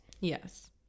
Yes